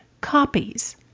copies